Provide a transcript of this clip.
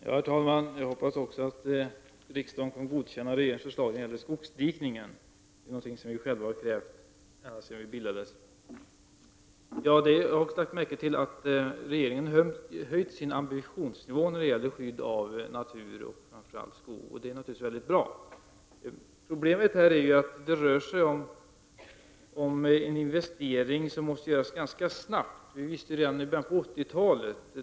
Herr talman! Även jag hoppas att riksdagen godkänner regeringens förslag när det gäller skogsdikningen. Detta är någonting som vi i miljöpartiet har krävt ända sedan partiet bildades. Jag har lagt märke till att regeringen har höjt sin ambitionsnivå när det gäller skydd av natur och framför allt skog. Det är naturligtvis mycket bra. Problemet är att det rör sig om en investering som måste göras ganska snabbt. Vi kände till detta redan i början av 80-talet.